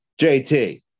JT